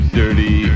dirty